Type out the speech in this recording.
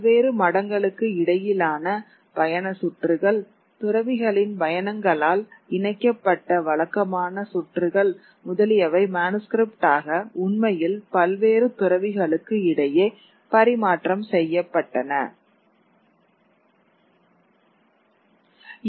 பல்வேறு மடங்களுக்கு இடையிலான பயண சுற்றுகள் துறவிகளின் பயணங்களால் இணைக்கப்பட்ட வழக்கமான சுற்றுகள் முதலியவை மனுஸ்கிரிப்ட் ஆக உண்மையில் பல்வேறு துறவிகளுக்கு இடையே பரிமாற்றம் செய்யப்பட்டன